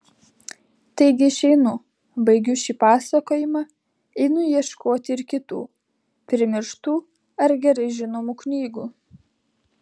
taigi išeinu baigiu šį pasakojimą einu ieškoti ir kitų primirštų ar gerai žinomų knygų